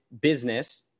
business